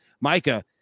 Micah